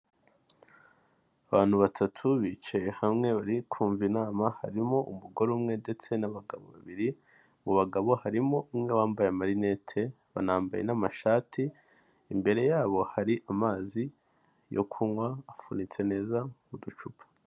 Abantu batatu bicaye hamwe bari kumva inama harimo umugore umwe ndetse n'abagabo babiri, mu bagabo harimo umwe bambaye amarinete banambaye n'amashati imbere yabo hari amazi yo kunywa afunitse neza mu ducupa.